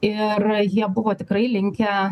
ir jie buvo tikrai linkę